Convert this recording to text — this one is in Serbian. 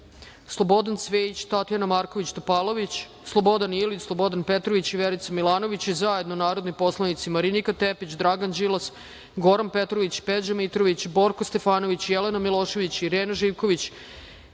Slobodan Cvejić, Tatjana Marković Topalović, Slobodan Ilić, Slobodan Petrović i Verica Milanović i zajedno narodni poslanici Marinika Tepić, Dragan Đilas, Goran Petrović, Peđa Mitrović, Borko Stefanović, Jelena Milošević, Irena Živković,